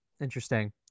Interesting